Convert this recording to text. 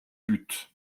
but